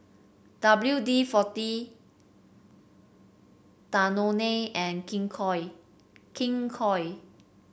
W D forty Danone and King Koil King Koil